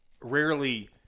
rarely –